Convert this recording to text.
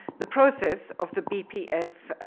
the process of the bpf,